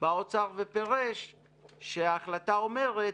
בא האוצר ופירש שההחלטה אומרת: